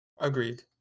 Agreed